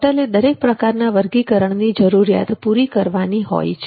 હોટલે દરેક પ્રકારના વર્ગીકરણની જરૂરિયાત પૂરી કરવાની હોય છે